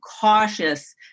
cautious